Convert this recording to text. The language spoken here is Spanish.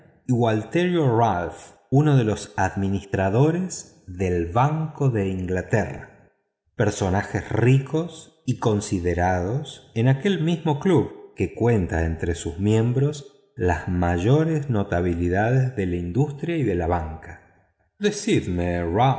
ralph uno de los administradores del banco de inglaterra personajes ricos y considerados en aquel mismo club que cuenta entre sus miembros las mayores notabilidades de la industria y de la banca decidme